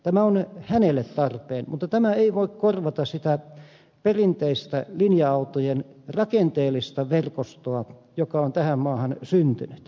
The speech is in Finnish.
tämä on hänelle tarpeen mutta tämä ei voi korvata sitä perinteistä linja autojen rakenteellista verkostoa joka on tähän maahan syntynyt